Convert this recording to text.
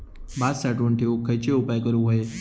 भात साठवून ठेवूक खयचे उपाय करूक व्हये?